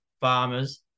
farmers